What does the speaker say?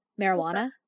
marijuana